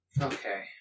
Okay